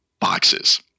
boxes